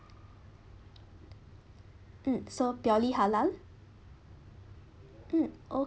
mm so purely halal mm